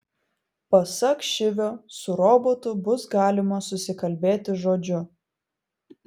pasak šivio su robotu bus galima susikalbėti žodžiu